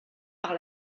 par